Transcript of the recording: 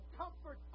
comfort